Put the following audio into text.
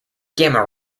gamma